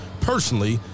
personally